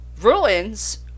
Ruins